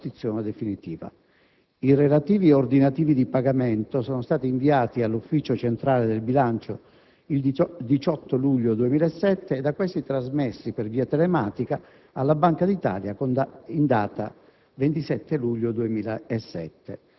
con il quale si è provveduto alla ripartizione definitiva. I relativi ordinativi di pagamento sono stati inviati all'Ufficio centrale del bilancio il 18 luglio 2007 e da questo trasmessi, per via telematica, alla Banca d'Italia in data